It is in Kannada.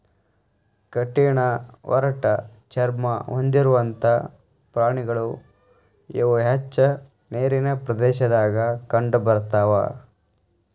ಕಠಿಣ ಒರಟ ಚರ್ಮಾ ಹೊಂದಿರುವಂತಾ ಪ್ರಾಣಿಗಳು ಇವ ಹೆಚ್ಚ ನೇರಿನ ಪ್ರದೇಶದಾಗ ಕಂಡಬರತಾವ